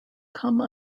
come